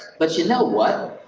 but you know what?